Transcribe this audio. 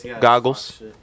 goggles